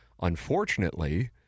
unfortunately